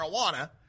marijuana